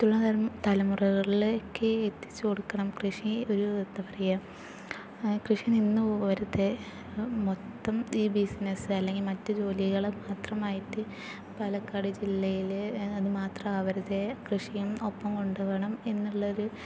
മറ്റുള്ള തലമുറകളിലേക്ക് എത്തിച്ചുകൊടുക്കണം കൃഷി ഒരു എന്താ പറയുക കൃഷി നിന്നു പോവരുത് മൊത്തം ഈ ബിസ്നെസ്സ് അല്ലെങ്കിൽ മറ്റു ജോലികളും മാത്രമായിട്ട് പാലക്കാട് ജില്ലയിൽ അത് മാത്രം ആവരുത് കൃഷിയും ഒപ്പം കൊണ്ടുപോകണം എന്നുള്ളൊരു